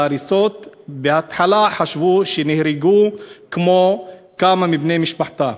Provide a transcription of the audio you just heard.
בהתחלה חשבו שהם נהרגו, כמו כמה מבני משפחתם,